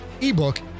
ebook